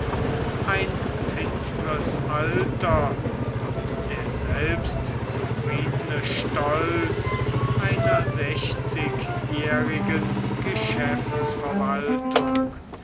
ein finsteres alter und der selbstzufrieden stolz einer sechzigjährigen